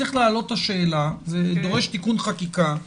צריך להעלות את השאלה וזה דורש תיקון חקיקה,